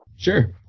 Sure